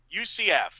UCF